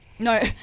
No